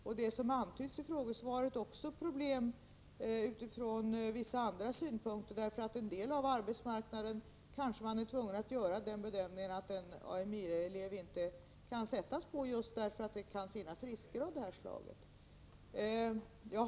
Det är, som jag antydde i frågesvaret, också problem från vissa andra synpunkter. I en del av arbetsmarknaden kan man nämligen vara tvungen att göra den bedömningen att en AMI-elev inte kan sättas på ett arbete, därför att det kan finnas risker av det här slaget.